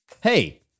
Hey